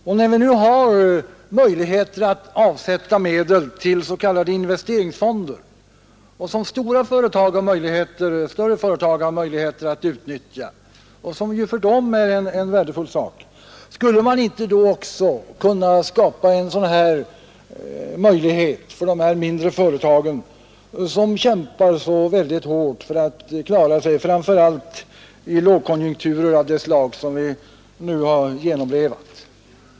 Och när vi nu har möjligheter att avsätta medel till s.k. investeringsfonder, som större företag kan utnyttja och som för dem är en värdefull sak, skulle man inte då också kunna skapa en sådan här möjlighet för de mindre företagen, som kämpar för att klara sig, framför allt i lågkonjunkturer av det slag som vi nu har genomlevat.